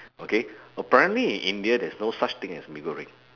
okay apparently in india there's no such thing as mee goreng